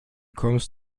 kommst